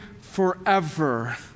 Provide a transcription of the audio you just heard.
forever